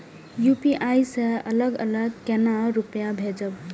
UPI से अलग अलग केना रुपया भेजब